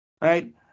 right